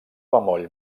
bemoll